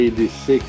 86